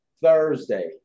Thursday